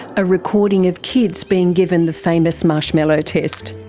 a recording of kids being given the famous marshmallow test.